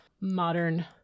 modern